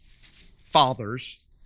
fathers